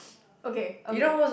okay okay